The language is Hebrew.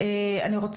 אני מודה לך.